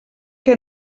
que